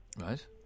Right